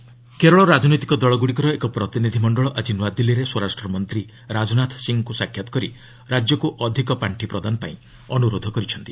କେରଳ ରାଜନାଥ କେରଳ ରାଜନୈତିକ ଦଳଗୁଡ଼ିକର ଏକ ପ୍ରତିନିଧ୍ୟ ମଣ୍ଡଳ ଆଜି ନ୍ନଆଦିଲ୍ଲୀରେ ସ୍ୱରାଷ୍ଟ୍ରମନ୍ତ୍ରୀ ରାଜନାଥ ସିଂଙ୍କ ସାକ୍ଷାତ କରି ରାଜ୍ୟକ୍ ଅଧିକ ପାର୍ଷି ପ୍ରଦାନପାଇଁ ଅନୁରୋଧ କରିଛନ୍ତି